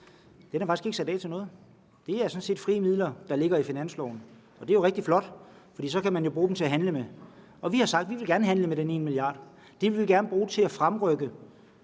Den er faktisk ikke sat af til noget. Det er sådan set frie midler, der ligger i finansloven, og det er jo rigtig flot, for så kan man jo bruge dem til at handle med. Og vi har sagt, at vi gerne vil forhandle om den ene milliard kroner, og at vi gerne vil bruge dem til at fremrykke